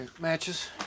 matches